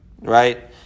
right